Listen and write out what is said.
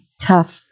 tough